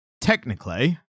technically